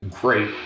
great